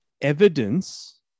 evidence